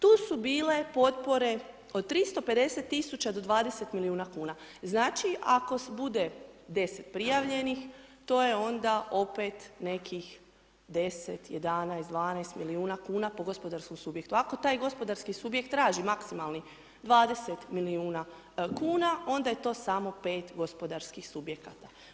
Tu su bile potpore od 350000 do 20 milijuna kuna, znači ako bude deset prijavljenih to je onda opet nekih 10, 11, 12 milijuna kuna po gospodarskom subjektu, ako taj gospodarski subjekt traži maksimalni, 20 milijuna kuna, onda je to samo 5 gospodarskih subjekata.